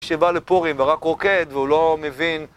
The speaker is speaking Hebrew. שבא לפורים ורק רוקד והוא לא מבין